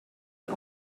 but